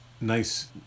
nice